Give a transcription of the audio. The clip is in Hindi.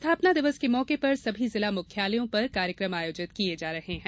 स्थापना दिवस के मौके पर सभी जिला मुख्यालयों पर कार्यक्रम आयोजित किये जा रहे हैं